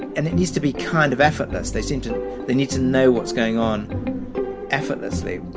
and it needs to be kind of effortless. they seem to they need to know what's going on effortlessly.